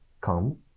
come